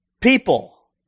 people